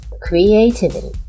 creativity